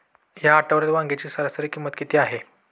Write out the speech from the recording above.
या आठवड्यात वांग्याची सरासरी किंमत किती आहे?